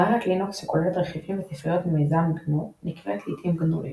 מערכת לינוקס שכוללת רכיבים וספריות ממיזם גנו נקראת לעיתים גנו/לינוקס.